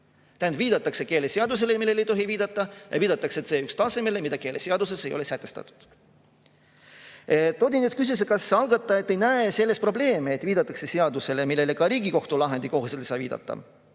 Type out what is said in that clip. Tähendab, viidatakse keeleseadusele, millele ei tohi viidata, ja viidatakse C1-tasemele, mida keeleseaduses ei ole sätestatud. Odinets küsis, kas algatajad ei näe selles probleemi, et viidatakse seadusele, millele ka Riigikohtu lahendi kohaselt ei saa viidata,